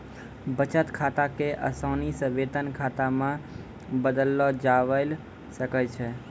बचत खाता क असानी से वेतन खाता मे बदललो जाबैल सकै छै